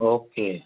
okay